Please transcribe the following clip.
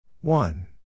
One